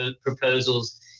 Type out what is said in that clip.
proposals